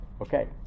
Okay